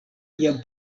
jam